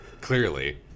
Clearly